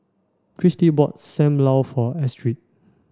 Cristy bought Sam Lau for Astrid